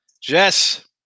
Jess